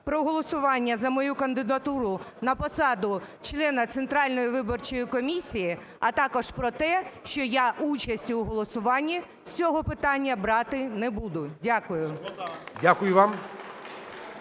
при голосуванні за мою кандидатуру на посаду члена Центральної виборчої комісії, а також про те, що я участі у голосуванні з цього питання брати не буду. Дякую.